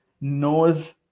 knows